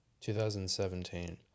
2017